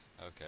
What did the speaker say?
Okay